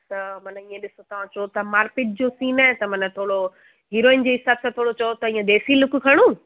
त माना ईएं ॾिसो तव्हां चओ था मार पीट जो सिन आहे त माना थोरो हीरोइन जे हिसाबु सां थोरो चओ त ईएं देसी लुक खणूं